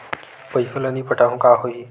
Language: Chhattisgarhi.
पईसा ल नई पटाहूँ का होही?